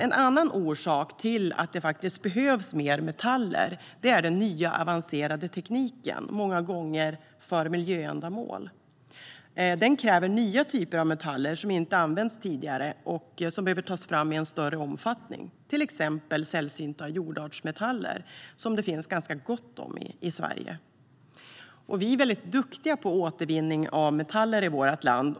En annan orsak till att det behövs mer metaller är den nya, avancerade tekniken, många gånger för miljöändamål. Den kräver nya typer av metaller som inte har använts tidigare och som behöver tas fram i större omfattning, till exempel sällsynta jordartsmetaller som det finns ganska gott om i Sverige. Vi är väldigt duktiga på återvinning av metaller i vårt land.